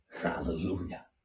hallelujah